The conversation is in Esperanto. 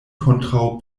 kontraŭ